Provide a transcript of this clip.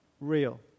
real